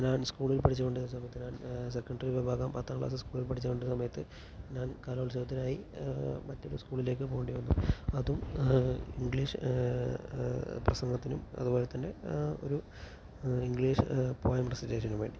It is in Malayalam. ഞാൻ സ്കൂളിൽ പഠിച്ചോണ്ടിരുന്ന സമയത്തു ഞാൻ സെക്കണ്ടറി വിഭാഗം പത്താം ക്ലാസ് സ്കൂളിൽ പാഠിച്ചോണ്ടിരുന്ന സമയത്തു ഞാൻ കലോത്സവത്തിനായി മറ്റൊരു സ്കൂളിലേക്ക് പോകേണ്ടി വന്നു അതും ഇംഗ്ലീഷ് പ്രസംഗത്തിനും അതുപോലെ തന്നെ ഒരു ഇംഗ്ലീഷ് പൊയംസ് പ്രസെൻറ്റേഷന് വേണ്ടി